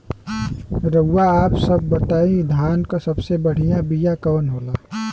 रउआ आप सब बताई धान क सबसे बढ़ियां बिया कवन होला?